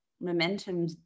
momentum